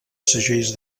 segells